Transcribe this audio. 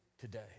today